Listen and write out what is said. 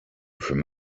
from